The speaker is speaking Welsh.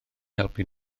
helpu